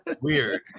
Weird